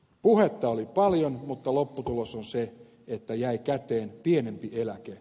puhetta oli paljon mutta lopputulos on se että jäi käteen pienempi eläke